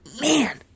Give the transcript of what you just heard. man